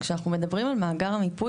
כשאנחנו מדברים על מאגר המיפוי,